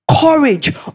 courage